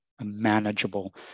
manageable